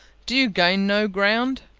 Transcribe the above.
do you gain no ground?